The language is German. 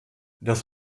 das